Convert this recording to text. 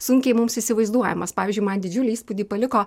sunkiai mums įsivaizduojamas pavyzdžiui man didžiulį įspūdį paliko